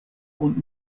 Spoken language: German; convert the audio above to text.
und